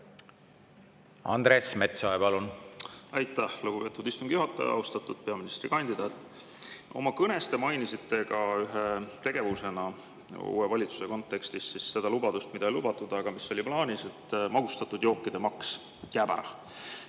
Andres Metsoja, palun! Aitäh, lugupeetud istungi juhataja! Austatud peaministrikandidaat! Oma kõnes te mainisite ühe tegevusena uue valitsuse kontekstis seda, mida ei lubatud, aga mis oli plaanis, et magustatud jookide maks jääb ära.